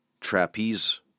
trapeze